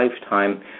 lifetime